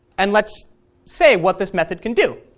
and let's say what this method can do.